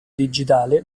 digitale